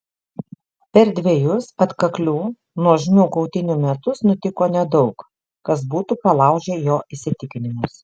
per dvejus atkaklių nuožmių kautynių metus nutiko nedaug kas būtų palaužę jo įsitikinimus